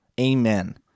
Amen